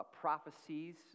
prophecies